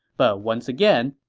but once again,